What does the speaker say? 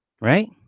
Right